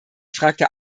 fragte